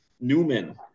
Newman